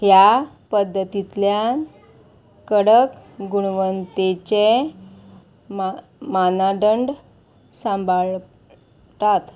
ह्या पद्दतींतल्यान कडक गुणवंतेचे मान मानदंड सांबाळटात